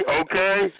okay